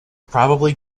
probably